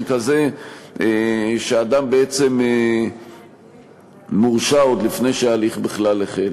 כזה שאדם בעצם מורשע עוד לפני שההליך בכלל החל.